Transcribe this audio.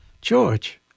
George